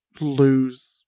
lose